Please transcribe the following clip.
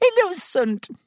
Innocent